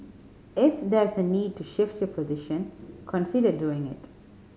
if there's a need to shift your position consider doing it